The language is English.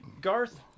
Garth